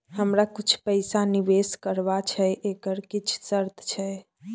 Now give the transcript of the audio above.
हमरा कुछ पैसा निवेश करबा छै एकर किछ शर्त छै?